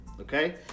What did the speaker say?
Okay